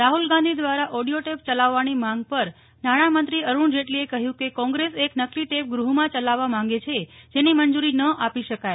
રાહુલ ગાંધી દ્વારા audio tape ચલાવવાની માગ પર નાણા મંત્રી અરૂણ જેટલીએ કહ્યું કે કૉંગ્રસ એક નકલી ટેપ ગૃહમાં ચલાવવા માગે છે જેની મંજૂરી ન આપી શકાય